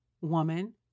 woman